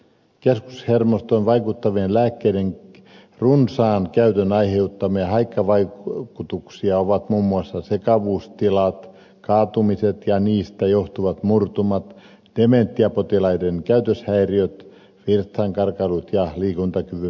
keskushermostoon vaikuttavien lääkkeiden runsaan käytön aiheuttamia haittavaikutuksia ovat muun muassa sekavuustilat kaatumiset ja niistä johtuvat murtumat dementiapotilaiden käytöshäiriöt virtsankarkailut ja liikuntakyvyn menetykset